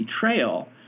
betrayal